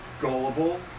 gullible